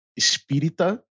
Espírita